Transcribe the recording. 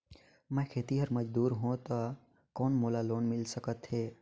मैं खेतिहर मजदूर हों ता कौन मोला लोन मिल सकत हे का?